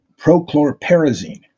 Prochlorperazine